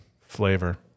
flavor